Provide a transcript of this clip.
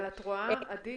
אבל את רואה מגמה